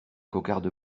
cocarde